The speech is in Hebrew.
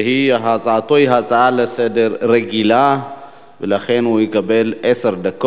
שהצעתו היא הצעה רגילה לסדר-היום,